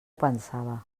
pensava